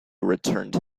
returned